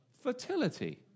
fertility